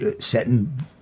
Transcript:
setting